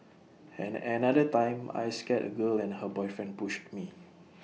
and another time I scared A girl and her boyfriend pushed me